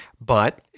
but-